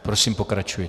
Prosím, pokračujte.